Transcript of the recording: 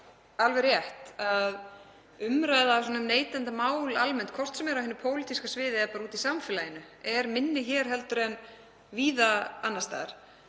alveg rétt að umræða um neytendamál almennt, hvort sem er á hinu pólitíska sviði eða úti í samfélaginu, er minni hér en víða annars staðar.